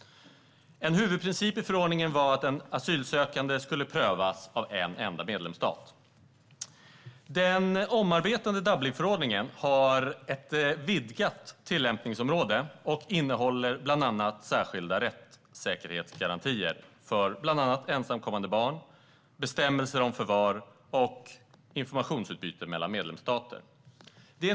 En huvudprincip i förordningen var att en asylansökan ska prövas av en enda medlemsstat. Den omarbetade Dublinförordningen har ett vidgat tillämpningsområde och innehåller bland annat särskilda rättssäkerhetsgarantier för ensamkommande barn, bestämmelser om förvar och bestämmelser om informationsutbyte mellan medlemsstater.